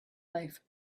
life